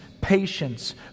patience